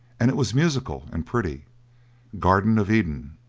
and it was musical and pretty garden of eden.